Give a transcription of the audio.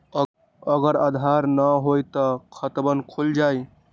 अगर आधार न होई त खातवन खुल जाई?